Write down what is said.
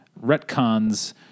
retcons